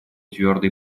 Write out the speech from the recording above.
твердой